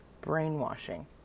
brainwashing